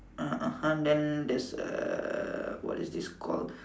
uh (uh huh) then there's a what is this called